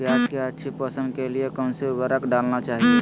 प्याज की अच्छी पोषण के लिए कौन सी उर्वरक डालना चाइए?